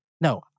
No